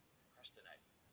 procrastinating